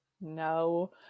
no